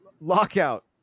lockout